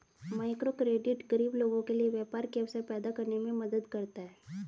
microcredit गरीब लोगों के लिए व्यापार के अवसर पैदा करने में मदद करता है